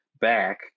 back